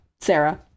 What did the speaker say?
sarah